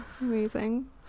amazing